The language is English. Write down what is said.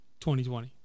2020